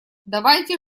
давайте